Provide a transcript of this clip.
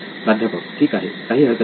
प्राध्यापक ठीक आहे काही हरकत नाही